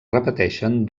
repeteixen